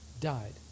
died